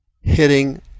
hitting